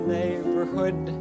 neighborhood